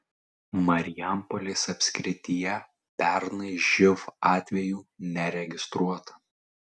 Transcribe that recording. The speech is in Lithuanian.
marijampolės apskrityje pernai živ atvejų neregistruota